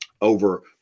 over